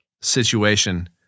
situation